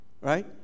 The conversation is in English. right